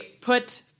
put